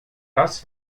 das